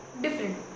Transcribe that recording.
different